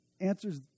answers